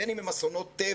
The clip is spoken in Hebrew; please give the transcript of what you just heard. בין אם הם אסונות טבע,